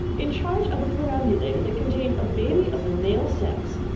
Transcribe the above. in charge of a perambulator that contained a baby of the male sex.